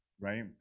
right